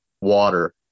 Water